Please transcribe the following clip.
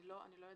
אני לא יודעת.